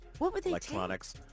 electronics